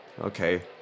Okay